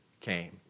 came